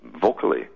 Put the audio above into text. vocally